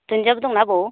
दुन्दियाबो दं ना आबौ